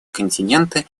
континента